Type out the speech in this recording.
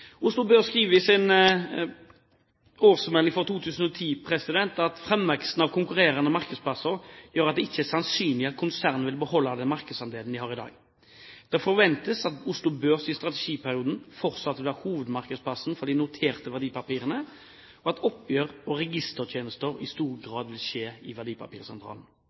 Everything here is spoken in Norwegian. Oslo Børs skriver i sin årsmelding for 2010: «Fremveksten av konkurrerende markedsplasser gjør at det ikke er sannsynlig at konsernet vil beholde den markedsandelen det har i dag. Det forventes dog at Oslo Børs i strategiperioden fortsatt vil være hovedmarkedspassen for de noterte verdipapirene og at oppgjør og registertjenestene i stor grad vil skje i